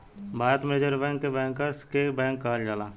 भारत में reserve bank के bankers के बैंक कहल जाला